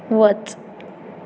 वच